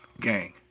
Gang